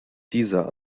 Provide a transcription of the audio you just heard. dieser